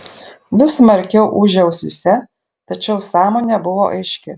vis smarkiau ūžė ausyse tačiau sąmonė buvo aiški